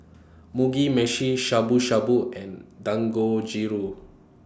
Mugi Meshi Shabu Shabu and Dangojiru